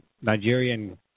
Nigerian